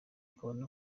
akaba